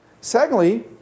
Secondly